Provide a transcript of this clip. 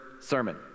sermon